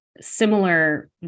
similar